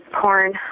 porn